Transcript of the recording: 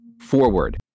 forward